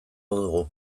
dugu